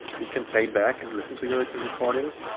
you can play back and listen to your recordings,